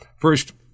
First